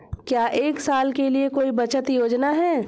क्या एक साल के लिए कोई बचत योजना है?